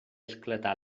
esclatà